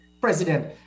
president